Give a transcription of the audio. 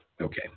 Okay